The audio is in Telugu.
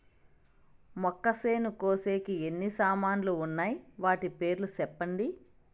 మొక్కచేను కోసేకి ఎన్ని సామాన్లు వున్నాయి? వాటి పేర్లు సెప్పండి?